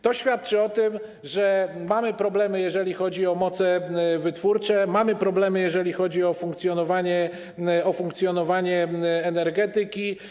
To świadczy o tym, że mamy problemy, jeżeli chodzi o moce wytwórcze, mamy problemy, jeżeli chodzi o funkcjonowanie energetyki.